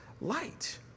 light